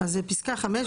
אז פסקה (5).